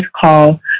call